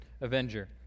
Avenger